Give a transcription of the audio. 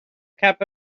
cup